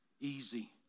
easy